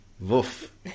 woof